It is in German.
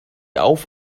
auf